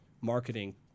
marketing